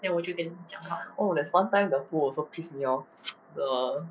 oh there's one time the who also pissed me off the